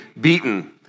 beaten